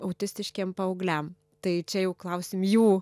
autistiškiem paaugliam tai čia jau klausim jų